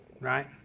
right